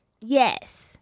Yes